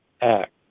act